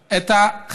אנחנו ראינו את החיזוק.